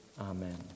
Amen